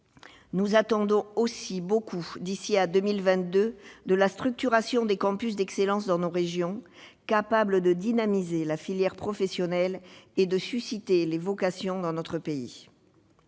Nous attendons aussi beaucoup, d'ici à 2022, de la structuration des campus d'excellence dans nos régions, capables de dynamiser la filière professionnelle et de susciter les vocations dans notre pays.